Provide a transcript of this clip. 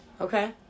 okay